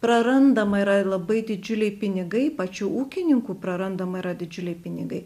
prarandama yra labai didžiuliai pinigai pačių ūkininkų prarandama yra didžiuliai pinigai